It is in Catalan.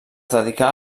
dedicà